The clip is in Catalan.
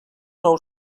nou